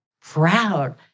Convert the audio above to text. Proud